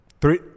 Three